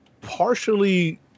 partially